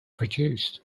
produced